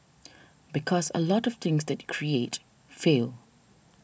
because a lot of things that create fail